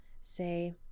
say